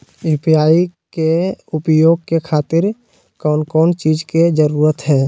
UPI के उपयोग के खातिर कौन कौन चीज के जरूरत है?